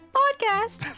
podcast